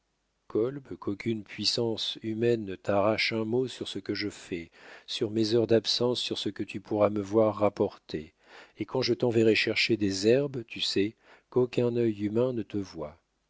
kolb qu'aucune puissance humaine ne t'arrache un mot sur ce que je fais sur mes heures d'absence sur ce que tu pourras me voir rapporter et quand je t'enverrai chercher des herbes tu sais qu'aucun œil humain ne te voie